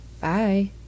Bye